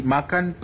Makan